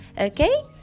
Okay